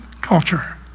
culture